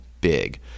big